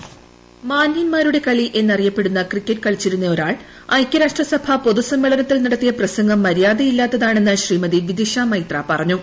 voice മാന്യന്മാരുടെകളി എന്നറിയിപ്പെടുന്ന cricket കളിച്ചിരുന്ന ഒരാൾ ഐക്യരാഷ്ട്ര സഭ പൊതുസമ്മേളനത്തിൽ നടത്തിയ പ്രസംഗം മര്യാദയില്ലാത്താണ് എന്ന് ശ്രീമതിവിദിഷമൈത്ര പറഞ്ഞു